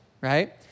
Right